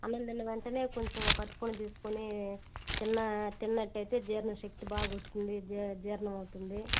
అన్నం తిన్న వెంటనే కొంచెం ఒక అరటిపండు తీసుకొని తిన్న తిన్నట్లయితే జీర్ణశక్తి బాగా వస్తుంది జీర్ణం అవుతుంది